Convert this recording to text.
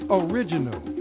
original